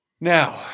Now